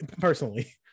personally